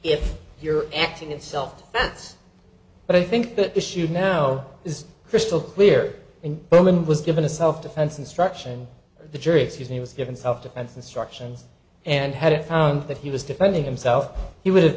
if you're acting in self defense but i think the issue now is crystal clear and well and was given a self defense instruction the jury excuse me was given self defense instructions and had it found that he was defending himself he would have